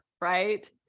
right